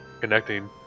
connecting